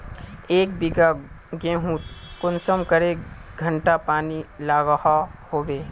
एक बिगहा गेँहूत कुंसम करे घंटा पानी लागोहो होबे?